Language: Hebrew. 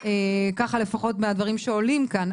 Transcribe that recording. ככה עולה לפחות מהדברים שעולים כאן.